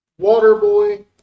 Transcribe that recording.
Waterboy